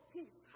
Peace